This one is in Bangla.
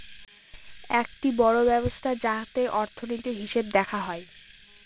একটি বড়ো ব্যবস্থা যাতে অর্থনীতির, হিসেব দেখা হয়